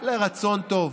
לרצון טוב,